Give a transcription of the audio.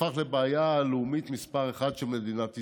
הפך לבעיה הלאומית מספר אחת של מדינת ישראל.